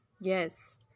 yes